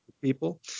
people